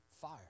fire